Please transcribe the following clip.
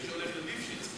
מי שהולך לליפשיץ,